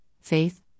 faith